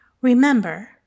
Remember